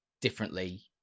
differently